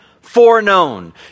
foreknown